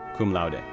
cum laude,